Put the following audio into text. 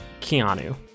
Keanu